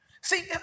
See